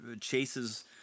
Chase's